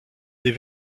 des